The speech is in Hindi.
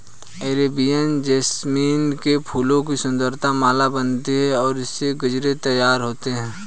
अरेबियन जैस्मीन के फूलों की सुंदर माला बनती है और इससे गजरे तैयार होते हैं